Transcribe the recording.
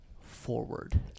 forward